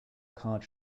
card